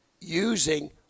using